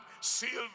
silver